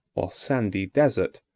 or sandy desert,